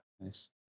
Nice